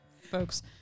folks